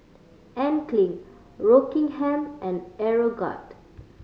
Anne Klein Rockingham and Aeroguard